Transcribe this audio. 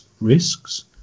risks